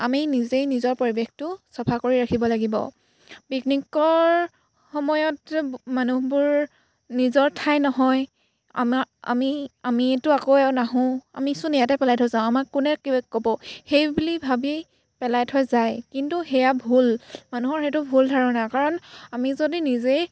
আমি নিজেই নিজৰ পৰিৱেশটো চাফা কৰি ৰাখিব লাগিব পিকনিকৰ সময়ত মানুহবোৰ নিজৰ ঠাই নহয় আমা আমি আমিয়েতো আকৌ নাহোঁ আমিচোন ইয়াতে পেলাই থৈ যাওঁ আমাক কোনে কিবা ক'ব সেইবুলি ভাবি পেলাই থৈ যায় কিন্তু সেয়া ভুল মানুহৰ সেইটো ভুল ধাৰণা কাৰণ আমি যদি নিজেই